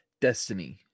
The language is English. Destiny